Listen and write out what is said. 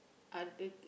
I'll take